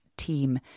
team